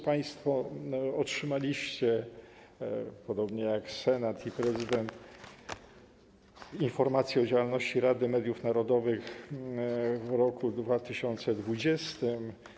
Państwo otrzymaliście, podobnie jak Senat i prezydent, informację o działalności Rady Mediów Narodowych w roku 2020.